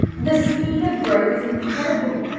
the speed of growth is incredible.